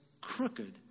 crooked